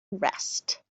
rest